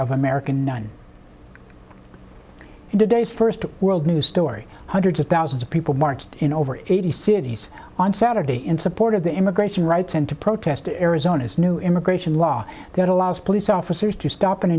of american one in today's first world news story hundreds of thousands of people marched in over eighty cities on saturday in support of the immigration rights and to protest to arizona's new immigration law that allows police officers to stop and